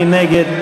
מי נגד?